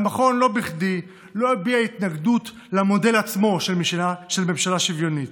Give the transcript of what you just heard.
לא בכדי המכון לא הביע התנגדות למודל עצמו של ממשלה שוויונית.